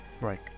Right